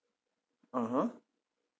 (uh huh)